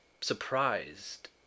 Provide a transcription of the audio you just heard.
surprised